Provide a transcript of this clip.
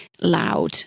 loud